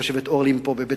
יושבת פה אורלי מבית-שאן.